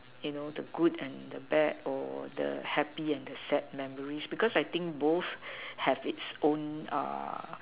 you know the good and the bad or the happy and the sad memories because I think both have it's own